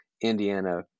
Indiana